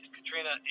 Katrina